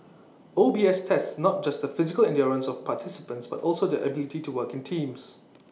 O B S tests not just the physical endurance of participants but also their ability to work in teams